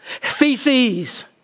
feces